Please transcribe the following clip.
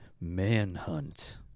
Manhunt